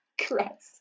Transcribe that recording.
Correct